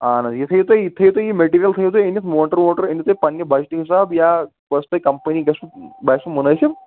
اَہَن حظ یہِ تھٲوِو تُہۍ یہِ تھٲوِو تُہۍ مٔٹیِٖریَل تھٲوِو تُہۍ أنِتھ موٹر ووٹر أنِو تُہۍ پَننہِ بَجَٹہٕ حِساب یا یۄس تۄہہِ کَمپٕنی گَژھِوٕ باسوٕ مُنٲسِب